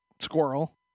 squirrel